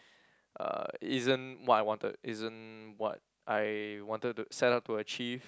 uh isn't what I wanted isn't what I wanted to set up to achieve